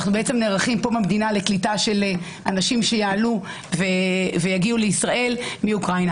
אנחנו נערכים פה במדינה לקליטה של אנשים שיעלו ויגיעו לישראל מאוקראינה,